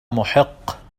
محق